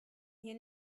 hier